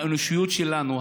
האנושיות שלנו,